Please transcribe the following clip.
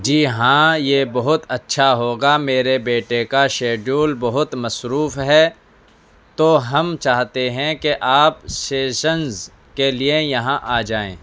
جی ہاں یہ بہت اچھا ہو گا میرے بیٹے کا شیڈول بہت مصروف ہے تو ہم چاہتے ہیں کہ آپ سیشنز کے لیے یہاں آ جائیں